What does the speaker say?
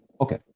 okay